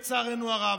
לצערנו הרב,